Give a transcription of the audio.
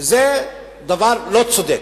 וזה דבר לא צודק.